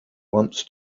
wants